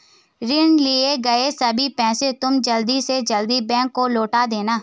ऋण लिए गए सभी पैसे तुम जल्द से जल्द बैंक को लौटा देना